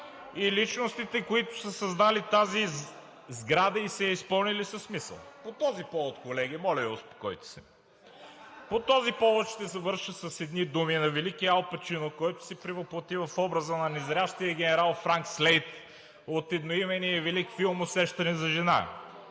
и личностите, които са създали тази сграда и са я изпълнили със смисъл. (Шум и реплики.) По този повод, колеги, моля Ви, успокойте се! По този повод ще завърша с едни думи на великия Ал Пачино, който се превъплъти в образа на незрящия генерал Франк Слейд от едноименния велик филм „Усещане за жена“,